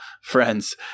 friends